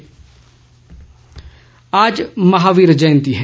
महावीर जयंती आज महावीर जयंती है